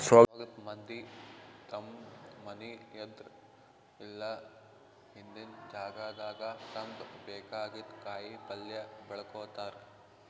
ಸ್ವಲ್ಪ್ ಮಂದಿ ತಮ್ಮ್ ಮನಿ ಎದ್ರ್ ಇಲ್ಲ ಹಿಂದಿನ್ ಜಾಗಾದಾಗ ತಮ್ಗ್ ಬೇಕಾಗಿದ್ದ್ ಕಾಯಿಪಲ್ಯ ಬೆಳ್ಕೋತಾರ್